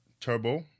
Turbo